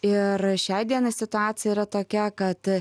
ir šiai dienai situacija yra tokia kad